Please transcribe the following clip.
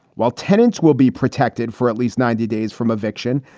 while tenants will be protected for at least ninety days from eviction,